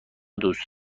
دوست